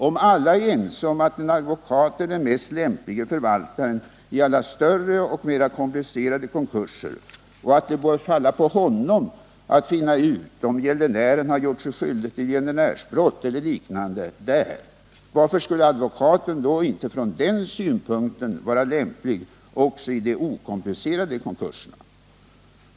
Om alla är ense om att advokaten är den mest lämplige förvaltaren i alla större och mer komplicerade konkurser och att det bör falla på honom att finna ut om gäldenären har gjort sig skyldig till gäldenärsbrott eller liknande där — varför skulle advokaten då inte från den synpunkten vara lämplig också i de okomplicerade konkurserna?